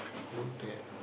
put that